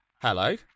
Hello